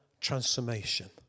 transformation